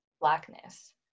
blackness